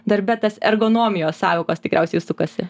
darbe tas ergonomijos sąvokos tikriausiai sukasi